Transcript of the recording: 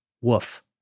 Woof